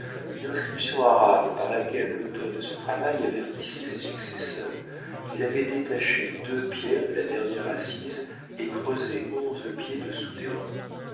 une inscription arabe par laquelle l'auteur de ce travail avertissait ses successeurs qu'il avait détaché deux pierres de la dernière assise et creusé onze pieds de souterrain